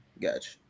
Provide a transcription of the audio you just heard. Gotcha